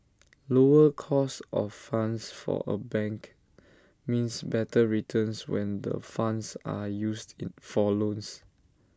lower cost of funds for A bank means better returns when the funds are used for loans